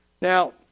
Now